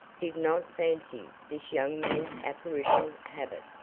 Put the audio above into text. did not fancy this young man's apparition habit,